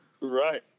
Right